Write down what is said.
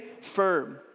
firm